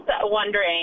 wondering